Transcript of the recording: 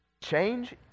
Change